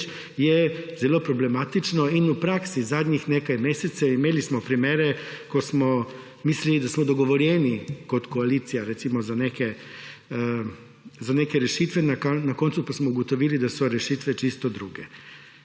je zelo problematično in to je v praksi zadnjih nekaj mesecev. Imeli smo primere, ko smo mislili, da smo dogovorjeni kot koalicija, recimo, za neke rešitve, na koncu pa smo ugotovili, da so rešitve čisto druge.